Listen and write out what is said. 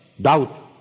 doubt